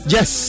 Yes